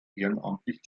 ehrenamtlich